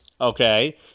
okay